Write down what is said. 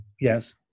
Yes